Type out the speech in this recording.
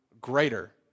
greater